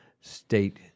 state